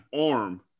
arm